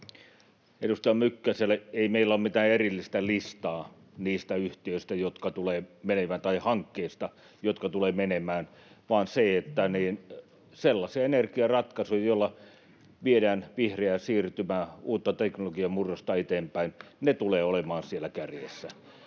Edustaja Mykkäselle: Ei meillä ole mitään erillistä listaa niistä yhtiöistä tai hankkeista, jotka tulevat menemään, [Kai Mykkänen: Pitäisi olla!] vaan sellaiset energiaratkaisut, joilla viedään vihreää siirtymää, uutta teknologiamurrosta eteenpäin, tulevat olemaan siellä kärjessä.